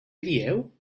dieu